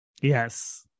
Yes